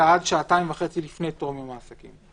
אלא עד שעתיים וחצי לפני תום יום העסקי.